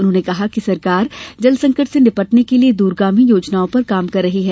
उन्होंने कहा कि सरकार जल संकट से निपटने के लिए द्रगामी योजनाओं पर काम कर रही है